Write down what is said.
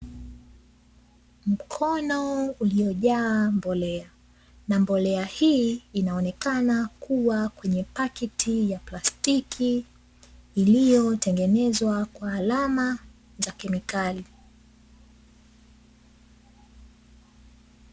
Mkono uliojaa mbolea na mbolea hii inaonekana kuwa kwenye pakiti ya plastiki, iliyotengenezwa kwa alama za kemikali.